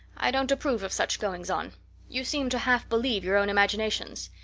i don't approve of such goings-on. you seem to half believe your own imaginations.